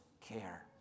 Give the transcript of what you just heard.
care